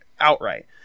outright